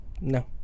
No